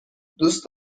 دوست